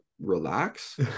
relax